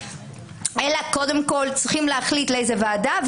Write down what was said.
אלא קודם כול צריכים להחליט לאיזה ועדה,